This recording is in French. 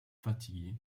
fatigué